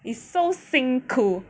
is so 辛苦